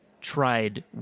tried